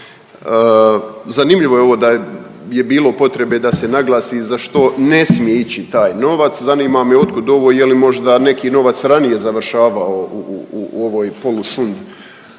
Zanimljivo je ovo da je bilo potrebe da se naglasi za što ne smije ići taj novac, zanima me od kud ovo? Je li možda neki novac ranije završavao u ovoj polušund